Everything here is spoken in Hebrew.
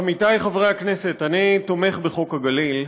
עמיתי חברי הכנסת, אני תומך בחוק הגליל,